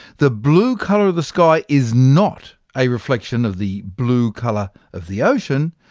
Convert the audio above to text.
the blue colour of the sky is not a reflection of the blue colour of the ocean.